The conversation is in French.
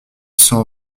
cent